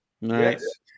Nice